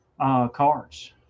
cards